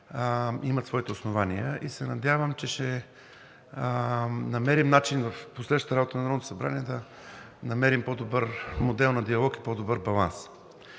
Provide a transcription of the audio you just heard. имат своите основания. Надявам се, че ще намерим начин в последващата работа на Народното събрание да намерим по-добър модел на диалог и по-добър баланс